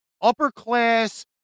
upper-class